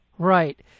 Right